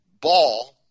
ball